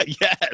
yes